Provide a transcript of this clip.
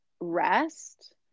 rest